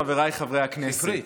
חבריי חברי הכנסת,